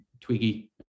Twiggy